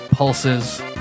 Pulses